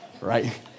right